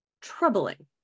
troubling